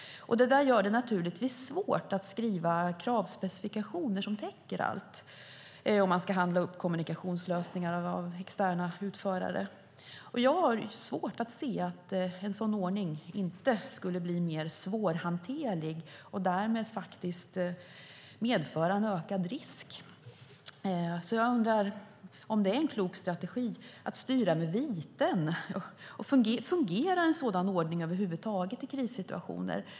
Det gör det svårt att skriva kravspecifikationer som täcker allt om man ska handla upp kommunikationslösningar av externa utförare. Jag har svårt att se att en sådan ordning inte skulle bli mer svårhanterlig och därmed medföra en ökad risk. Jag undrar därför om det är en klok strategi att styra med viten. Fungerar en sådan ordning över huvud taget i krissituationer?